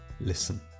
listen